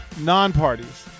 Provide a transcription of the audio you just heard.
non-parties